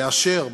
לאשר,